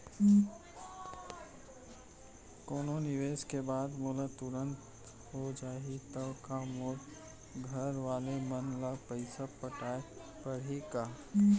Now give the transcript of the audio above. कोनो निवेश के बाद मोला तुरंत हो जाही ता का मोर घरवाले मन ला पइसा पटाय पड़ही का?